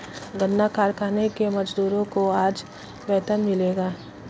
गन्ना कारखाने के मजदूरों को आज वेतन मिलेगा